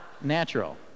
natural